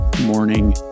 Morning